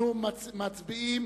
אנחנו מצביעים